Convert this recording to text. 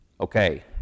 Okay